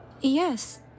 Yes